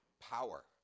power